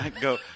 Go